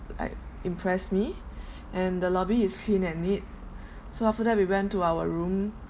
like impress me and the lobby is clean and neat so after that we went to our room